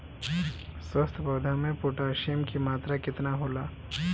स्वस्थ पौधा मे पोटासियम कि मात्रा कितना होला?